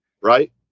right